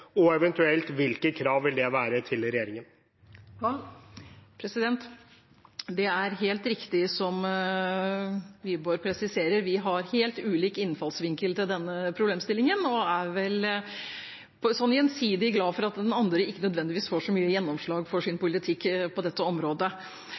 og hvilke krav vil det eventuelt være til regjeringen? Det er helt riktig som Wiborg presiserer: Vi har helt ulik innfallsvinkel til denne problemstillingen og er vel gjensidig glad for at den andre ikke nødvendigvis får så mye gjennomslag for sin